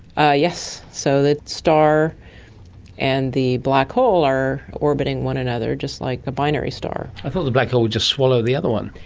yes, so the star and the black hole are orbiting one another, just like a binary star. i thought the black hole would just swallow the other one.